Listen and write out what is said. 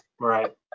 Right